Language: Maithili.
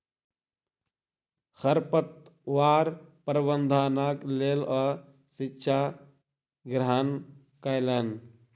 खरपतवार प्रबंधनक लेल ओ शिक्षा ग्रहण कयलैन